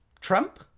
Trump